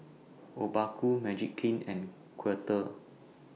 Obaku Magiclean and Quaker